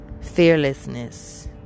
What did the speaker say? fearlessness